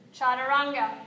Chaturanga